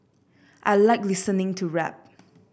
I like listening to rap